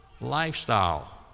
lifestyle